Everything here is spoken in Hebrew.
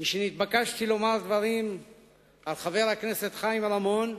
משנתבקשתי לומר דברים על חבר הכנסת חיים רמון,